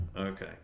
Okay